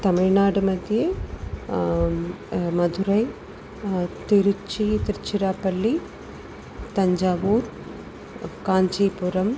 तमिल्नाडुमध्ये Madurai Tiruchi Tiruchirappalli Thanjavur Kanchipuram